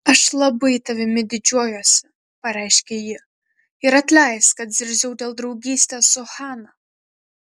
aš labai tavimi didžiuojuosi pareiškė ji ir atleisk kad zirziau dėl draugystės su hana